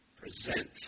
Present